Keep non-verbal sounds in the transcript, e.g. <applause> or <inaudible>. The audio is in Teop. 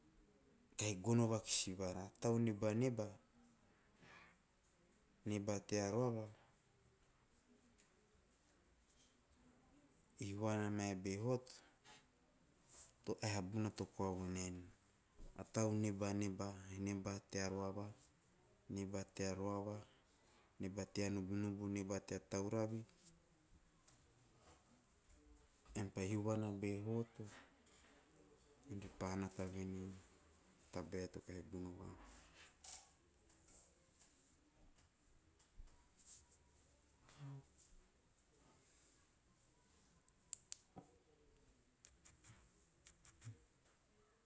Kai gono vapisi vaha, tau nibaniba, niba tea roro, i vana meve vihot, to ah vuna tekoa venen. A tau nibaniba, niba tea ruava- niba tea ruava, niba tea nubunubu, niba tea tauravi, an pena hiuva be hoto, en te panata veni, tabe topei bunu van. <noise>